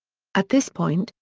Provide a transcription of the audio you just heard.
at this point,